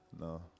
No